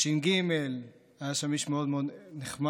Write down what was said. בש"ג היה שם איש מאוד מאוד נחמד,